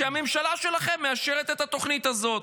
והממשלה שלכם מאשרת את התוכנית הזאת.